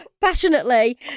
passionately